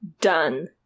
done